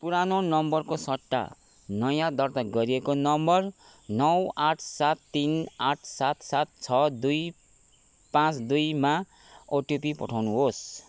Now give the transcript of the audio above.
पुरानो नम्बरको सट्टा नयाँ दर्ता गरिएको नम्बर नौ आठ सात तिन आठ सात सात छ दुई पाचँ दुईमा ओटिपी पठाउनुहोस्